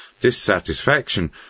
Dissatisfaction